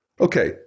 Okay